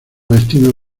destino